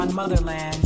Motherland